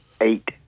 Eight